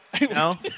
No